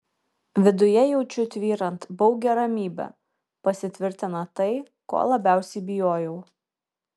viduje jaučiu tvyrant baugią ramybę pasitvirtina tai ko labiausiai bijojau